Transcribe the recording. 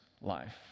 life